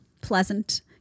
Pleasant